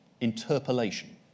interpolation